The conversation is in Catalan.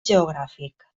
geogràfic